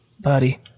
Buddy